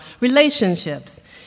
relationships